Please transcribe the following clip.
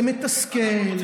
זה מתסכל.